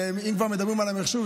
אם כבר מדברים על המחשוב,